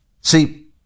See